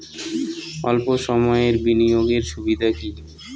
অল্প সময়ের বিনিয়োগ এর সুবিধা কি?